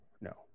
no